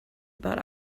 about